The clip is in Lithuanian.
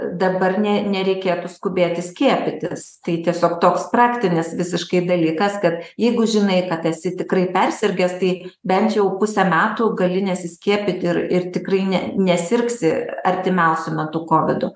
dabar ne nereikėtų skubėti skiepytis tai tiesiog toks praktinis visiškai dalykas kad jeigu žinai kad esi tikrai persirgęs tai bent jau pusę metų gali nesiskiepyti ir ir tikrai ne nesirgsi artimiausiu metu kovidu